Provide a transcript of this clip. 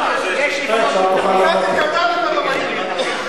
לפנות התנחלויות.